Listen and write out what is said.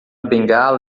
bengala